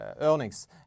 earnings